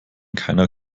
keiner